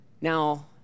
Now